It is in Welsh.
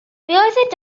beth